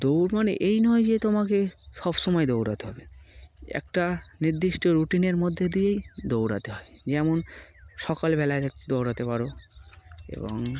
দৌড় মানে এই নয় যে তোমাকে সব সমময় দৌড়াতে হবে একটা নির্দিষ্ট রুটিনের মধ্যে দিয়েই দৌড়াতে হয় যেমন সকালবেলায় দৌড়াতে পারো এবং